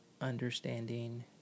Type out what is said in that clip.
understanding